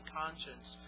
conscience